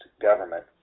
government